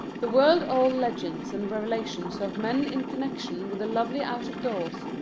the world-old legends and revelations of men in connection with the lovely out of doors,